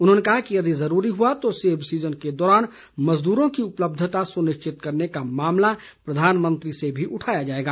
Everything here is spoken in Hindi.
उन्होंने कहा कि यदि ज़रूरी हुआ तो सेब सीज़न के दौरान मज़दूरों की उपलब्धता सुनिश्चित करने का मामला प्रधानमंत्री से भी उठाया जाएगा